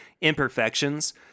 imperfections